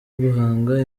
guhanga